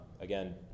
again